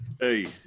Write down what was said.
Hey